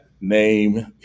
name